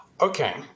Okay